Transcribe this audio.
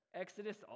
Exodus